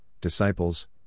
disciples